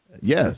Yes